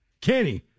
Kenny